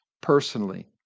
personally